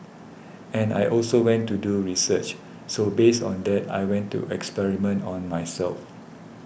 and I also went to do research so based on that I went to experiment on myself